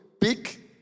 big